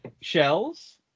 shells